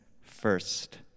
first